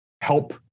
help